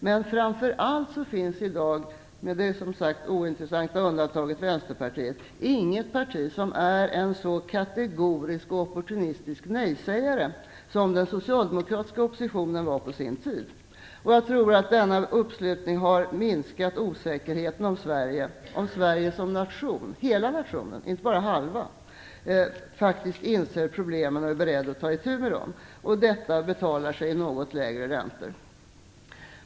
Men framför allt finns i dag, med det ointressanta undantaget Vänsterpartiet, inget parti som är en så kategorisk och opportunistisk nej-sägare som den socialdemokratiska oppositionen var på sin tid. Denna uppslutning har minskat osäkerheten om Sverige som nation - hela nationen, inte bara halva - faktiskt inser problemen och är beredd att ta itu med dem. Detta betalar sig i något lägre räntor.